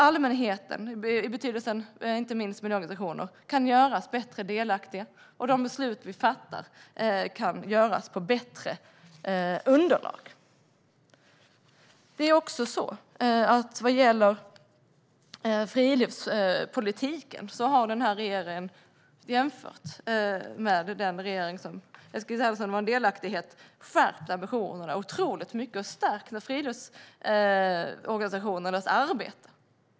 Allmänheten, inte minst miljöorganisationer, kan göras bättre delaktig. Och de beslut vi fattar kan fattas på bättre underlag. Vad gäller friluftspolitiken har den här regeringen, jämfört med den regering som Eskil Erlandsson var en del av, skärpt ambitionerna otroligt mycket. Man har stärkt friluftsorganisationernas arbete.